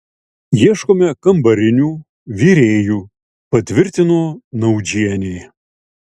ieškome kambarinių virėjų patvirtino naudžienė